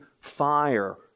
fire